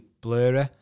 blurry